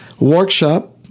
workshop